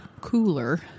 Cooler